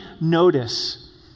notice